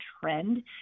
trend